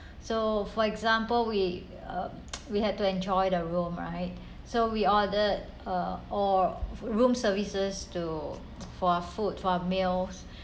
so for example we uh we had to enjoy the room right so we ordered uh or room services to for food for meals